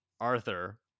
Arthur